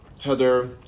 Heather